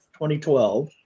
2012